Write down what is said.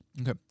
Okay